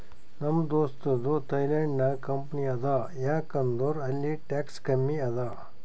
ನಮ್ ದೋಸ್ತದು ಥೈಲ್ಯಾಂಡ್ ನಾಗ್ ಕಂಪನಿ ಅದಾ ಯಾಕ್ ಅಂದುರ್ ಅಲ್ಲಿ ಟ್ಯಾಕ್ಸ್ ಕಮ್ಮಿ ಅದಾ